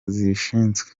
zibishinzwe